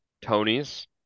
Tony's